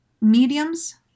Mediums